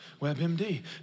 WebMD